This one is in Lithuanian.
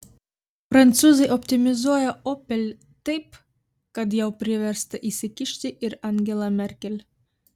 prancūzai optimizuoja opel taip kad jau priversta įsikišti ir angela merkel